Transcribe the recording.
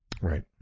Right